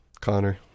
Connor